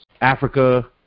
Africa